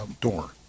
door